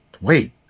wait